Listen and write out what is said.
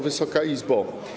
Wysoka Izbo!